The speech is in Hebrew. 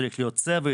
צריך להיות צוות,